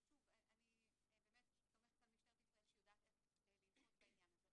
אני סומכת על משטרת ישראל שהיא יודעת איך לנהוג בעניין הזה,